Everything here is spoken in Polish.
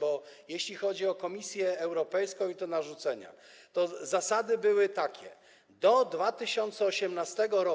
Bo jeśli chodzi o Komisję Europejską i narzucenia, to zasady były takie: do 2018 r.,